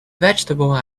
vegetable